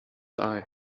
eye